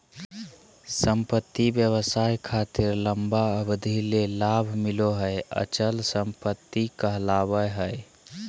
संपत्ति व्यवसाय खातिर लंबा अवधि ले लाभ मिलो हय अचल संपत्ति कहलावय हय